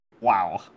wow